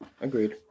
agreed